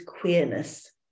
queerness